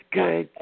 good